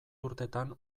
urtetan